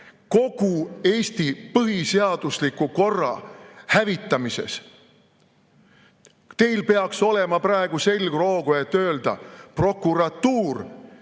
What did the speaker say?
kogu Eesti põhiseadusliku korra hävitamises. Teil peaks olema praegu selgroogu, et öelda: "Prokuratuur,